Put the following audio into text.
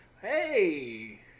hey